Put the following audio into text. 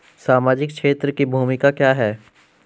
सामाजिक क्षेत्र की भूमिका क्या है?